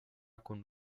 con